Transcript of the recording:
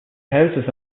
houses